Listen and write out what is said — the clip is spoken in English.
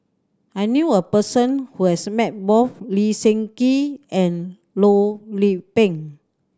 I knew a person who has met both Lee Seng Gee and Loh Lik Peng